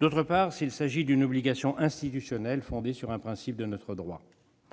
D'autre part, s'agit-il d'une obligation institutionnelle fondée sur un principe de notre droit